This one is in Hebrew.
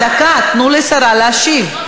דקה, תנו לשרה להשיב.